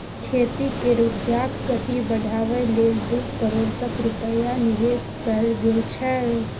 खेती केर उपजाक गति बढ़ाबै लेल दू करोड़ तक रूपैया निबेश कएल गेल छै